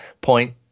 point